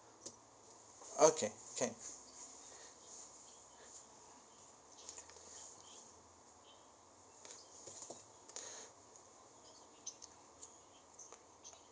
okay can